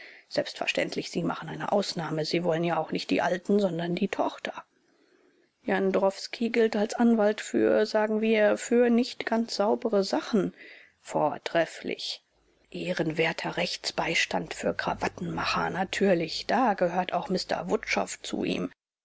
selbstverständlich sie machen eine ausnahme sie wollen ja auch nicht die alten sondern die tochter jendrowski gilt als anwalt für sagen wir für nicht ganz saubere sachen vortrefflich ehrenwerter rechtsbeistand für krawattenmacher natürlich da gehört auch mr wutschow zu ihm